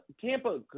Tampa